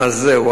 אז זהו,